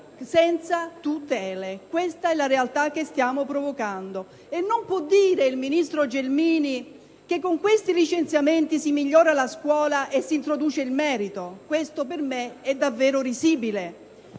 senza tutele. Questa è la realtà che stiamo provocando. Non può dire il ministro Gelmini che con questi licenziamenti si migliora la scuola e si introduce il merito: questo per me è davvero risibile.